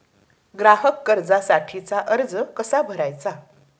ग्राहक कर्जासाठीचा अर्ज कसा भरायचा?